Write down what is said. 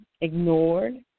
ignored